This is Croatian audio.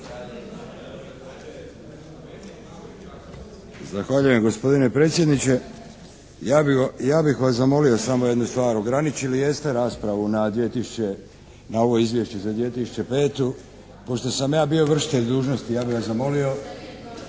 Zahvaljujem gospodine predsjedniče. Ja bih vas zamolio jednu stvar. Ograničili jeste raspravu na 2 tisuće, na ovo izvješće za 2005. Pošto sam ja bio vršitelj dužnosti ja bih vas zamolio